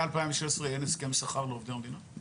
שמאז שנת 2016 אין הסכם שכר לעובדי המדינה?